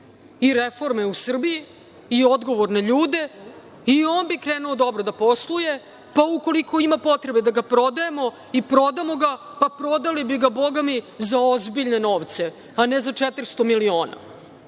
i reforme u Srbiji i odgovorne ljude i on bi krenuo dobro da posluje, pa ukoliko ima potrebe da ga prodajemo i prodamo ga, pa prodali bi ga, bogami, za ozbiljne novce a ne za 400.000.000.